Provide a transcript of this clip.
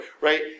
right